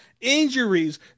Injuries